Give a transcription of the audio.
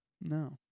No